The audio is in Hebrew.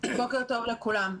בוקר טוב לכולם.